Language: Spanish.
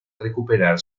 recuperar